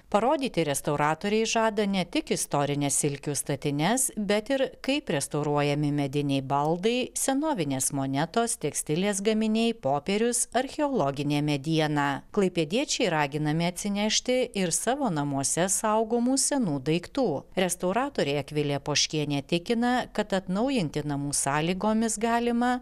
parodyti restauratoriai žada ne tik istorines silkių statines bet ir kaip restauruojami mediniai baldai senovinės monetos tekstilės gaminiai popierius archeologinė mediena klaipėdiečiai raginami atsinešti ir savo namuose saugomų senų daiktų restauratorė akvilė poškienė tikina kad atnaujinti namų sąlygomis galima